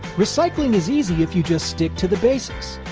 recycling is easy if you just stick to the basics.